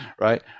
right